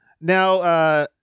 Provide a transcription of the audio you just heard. Now